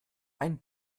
ein